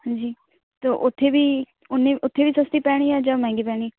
ਹਾਂਜੀ ਅਤੇ ਉੱਥੇ ਵੀ ਉਨ੍ਹੀ ਉੱਥੇ ਵੀ ਸਸਤੀ ਪੈਣੀ ਜਾਂ ਮਹਿੰਗੀ ਪੈਣੀ